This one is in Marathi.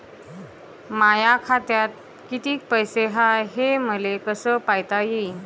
माया खात्यात कितीक पैसे हाय, हे मले कस पायता येईन?